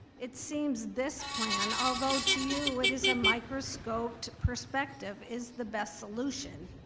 it seems this plan, although to you it is a microscoped perspective, is the best solution.